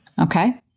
Okay